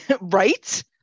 right